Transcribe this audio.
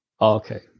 Okay